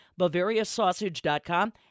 BavariaSausage.com